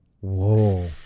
Whoa